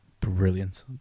brilliant